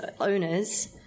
owners